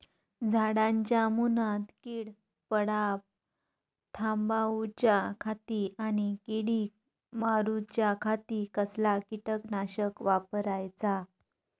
झाडांच्या मूनात कीड पडाप थामाउच्या खाती आणि किडीक मारूच्याखाती कसला किटकनाशक वापराचा?